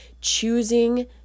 choosing